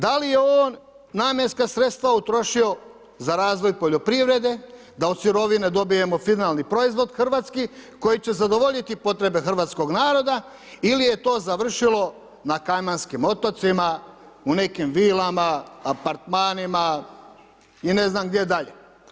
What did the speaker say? Da li je on namjenska sredstva utrošio za razvoj poljoprivrede, da od sirovine dobijemo finalni proizvod, hrvatski, koji će zadovoljiti potrebe hrvatskog naroda ili je to završilo na Kajmanskim otocima, u nekim vilama, apartmanima i ne znam gdje dalje?